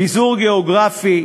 פיזור גיאוגרפי,